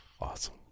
awesome